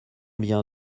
bien